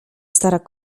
stara